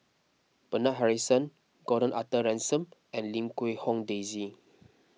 Bernard Harrison Gordon Arthur Ransome and Lim Quee Hong Daisy